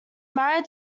married